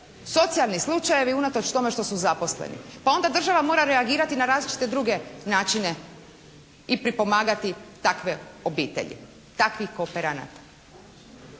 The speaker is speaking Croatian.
socijalni slučajevi unatoč tome što su zaposleni. Pa onda država mora reagirati na različite druge načine i pripomagati takve obitelji takvih kooperanata.